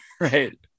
right